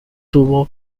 tuvo